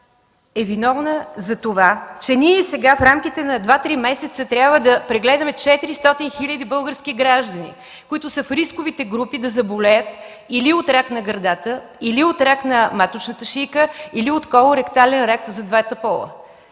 е виновна за това, че ние и сега в рамките на 2-3 месеца трябва да прегледаме 400 хил. български граждани, които са в рисковите групи да заболеят или от рак на гърдата, или от рак на маточната шийка, или от колоректален рак за двата пола.